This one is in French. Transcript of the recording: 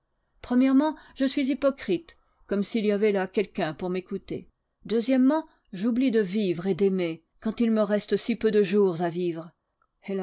o je suis hypocrite comme s'il y avait là quelqu'un pour m'écouter o j'oublie de vivre et d'aimer quand il me reste si peu de jours à vivre